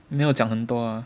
没有讲很多 ah